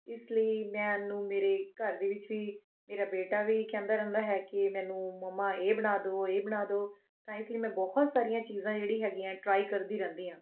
ਇਸ ਲਈ ਮੈਨੂੰ ਮੇਰੇ ਘਰ ਦੇ ਵਿੱਚ ਵੀ ਮੇਰਾ ਬੇਟਾ ਵੀ ਕਹਿੰਦਾ ਰਹਿੰਦਾ ਹੈ ਕਿ ਮੈਨੂੰ ਮੰਮਾ ਇਹ ਬਣਾ ਦਿਉ ਇਹ ਬਣਾ ਦਿਉ ਤਾਂ ਇਸ ਲਈ ਮੈਂ ਬਹੁਤ ਸਾਰੀਆਂ ਚੀਜ਼ਾਂ ਜਿਹੜੀ ਹੈਗੀਆਂ ਟਰਾਈ ਕਰਦੀ ਰਹਿੰਦੀ ਹਾਂ